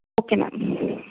okay ma'am